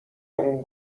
اون